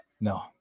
No